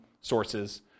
sources